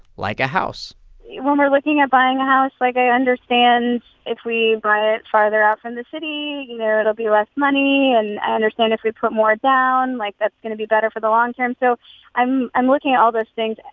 like a house when we're looking at buying a house, like, i understand if we buy it farther off in the city, there, it'll be less money. and ah they're saying if we put more down, like, that's going to be better for the long term. so i'm i'm looking at all those things.